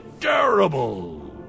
terrible